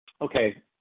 Okay